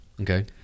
okay